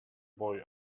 boy